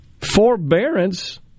forbearance